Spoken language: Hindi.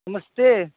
नमस्ते